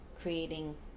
creating